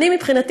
מבחינתי,